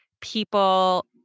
people